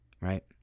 Right